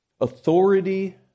Authority